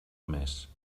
més